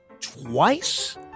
twice